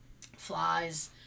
flies